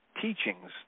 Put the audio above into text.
teachings